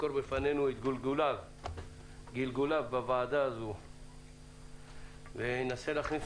יסקור בפנינו את גלגוליו בוועדה הזאת וינסה להכניס